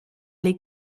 les